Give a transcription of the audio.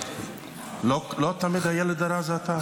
לא תמיד הילד הרע זה אתה.